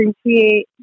appreciate